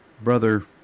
Brother